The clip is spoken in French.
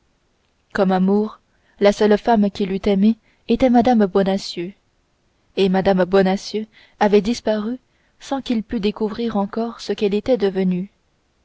comme amour la seule femme qu'il eût aimée était mme bonacieux et mme bonacieux avait disparu sans qu'il pût découvrir encore ce qu'elle était devenue